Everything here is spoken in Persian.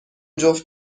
جفت